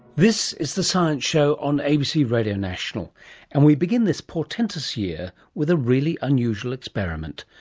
this is the science show on abc radio national and we begin this portentous year with a really unusual experiment.